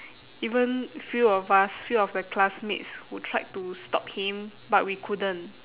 even few of us few of the classmates who tried to stop him but we couldn't